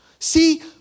See